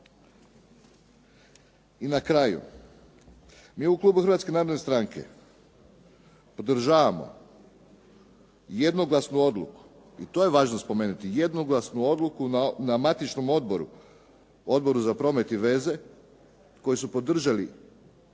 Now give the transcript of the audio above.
I na kraju, mi u klubu Hrvatske narodne stranke podržavamo jednoglasnu odluku, i to je važno spomenuti, jednoglasnu odluku na matičnom odbor, Odboru za promet i veze koji su podržali i vladajući